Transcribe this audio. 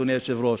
אדוני היושב-ראש,